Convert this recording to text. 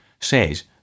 says